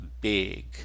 big